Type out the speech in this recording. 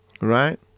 Right